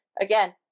again